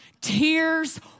tears